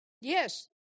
Yes